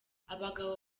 abagabo